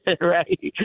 Right